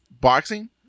boxing